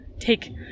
take